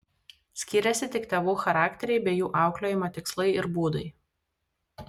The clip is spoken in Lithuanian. skyrėsi tik tėvų charakteriai bei jų auklėjimo tikslai ir būdai